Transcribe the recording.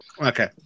Okay